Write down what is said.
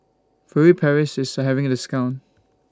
Furtere Paris IS having A discount